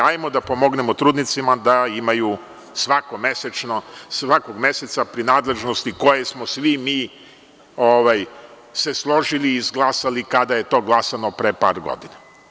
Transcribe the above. Hajde da pomognemo trudnicama da imaju svakog meseca prinadležnosti za koje smo se svi mi složili i izglasali kada je to glasano pre par godina.